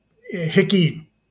Hickey